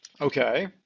Okay